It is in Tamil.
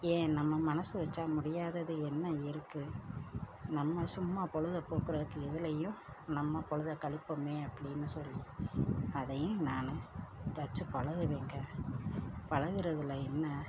ஏன் நம்ம மனசு வைச்சா முடியாதது என்ன இருக்குது நம்ம சும்மா பொழுதபோக்குறதுக்கு எதிலையும் நம்ம பொழுத கழிப்போமே அப்படின்னு சொல்லி அதையும் நான் தச்சு பழகுவேங்க பழகுறதுல என்ன